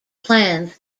plans